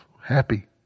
happy